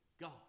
God